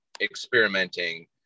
experimenting